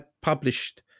published